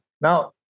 Now